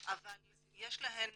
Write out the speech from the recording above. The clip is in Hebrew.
אבל יש להן